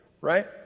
Right